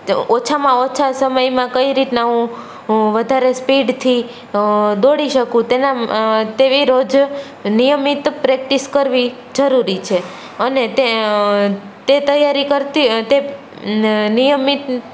તો ઓછામાં ઓછા સમયમાં કઈ રીતના હું વધારે સ્પીડથી દોડી શકું તેના તેવી રોજ નિયમિત પ્રૅક્ટિસ કરવી જરૂરી છે અને તે તૈયારી કરતી નિયમિત